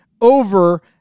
over